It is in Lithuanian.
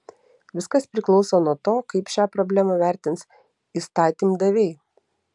viskas priklauso nuo to kaip šią problemą vertins įstatymdaviai